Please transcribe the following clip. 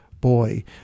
Boy